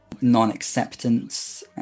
non-acceptance